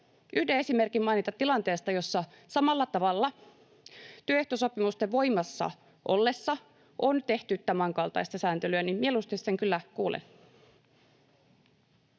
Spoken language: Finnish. yhden esimerkin mainita — tilanteesta, jossa samalla tavalla työehtosopimusten voimassa ollessa on tehty tämänkaltaista sääntelyä. Mieluusti sen kyllä kuulen.